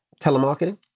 Telemarketing